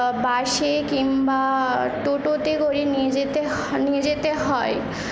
বাসে কিংবা টোটোতে করে নিয়ে যেতে হ নিয়ে যেতে হয়